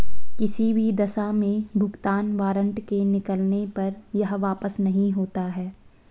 किसी भी दशा में भुगतान वारन्ट के निकलने पर यह वापस नहीं होता है